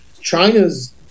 China's